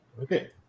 Okay